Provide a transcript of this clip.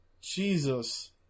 Jesus